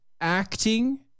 acting